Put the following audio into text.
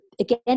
again